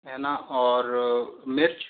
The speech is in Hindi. है न और मिर्च